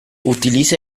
utiliza